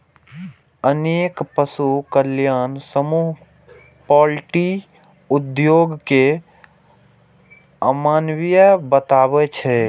अनेक पशु कल्याण समूह पॉल्ट्री उद्योग कें अमानवीय बताबै छै